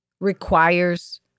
requires